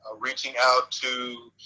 ah reaching out to